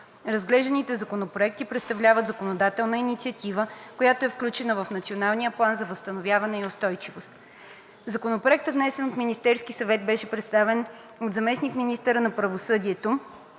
Разглежданите законопроекти представляват законодателна инициатива, която е включена в Националния план за възстановяване и устойчивост. Законопроектът, внесен от Министерския съвет, беше представен от заместник-министъра на правосъдието,